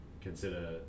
consider